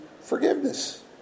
forgiveness